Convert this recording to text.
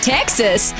Texas